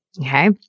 Okay